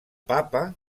papa